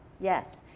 Yes